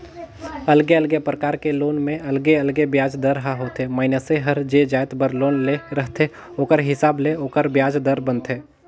अलगे अलगे परकार के लोन में अलगे अलगे बियाज दर ह होथे, मइनसे हर जे जाएत बर लोन ले रहथे ओखर हिसाब ले ओखर बियाज दर बनथे